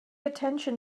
attention